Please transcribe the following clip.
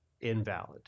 invalid